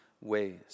ways